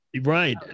right